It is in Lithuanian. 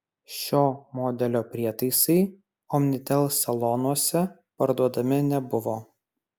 šio modelio prietaisai omnitel salonuose parduodami nebuvo